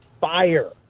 fire